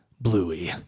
Bluey